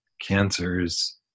cancers